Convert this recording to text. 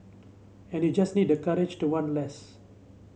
and you just need the courage to want less